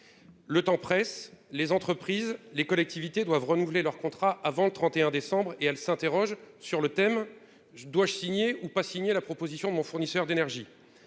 le temps presse, les entreprises, les collectivités doivent renouveler leur contrat avant le 31 décembre et elle s'interroge sur le thème je dois-je signer ou pas signer la proposition mon fournisseur d'énergie,